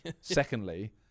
Secondly